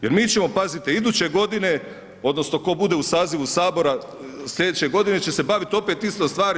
Jer mi ćemo pazite iduće godine odnosno tko bude u sazivu sabora slijedeće godine će se baviti opet istom stvari.